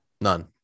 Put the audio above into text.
None